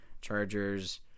Chargers